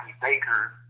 Baker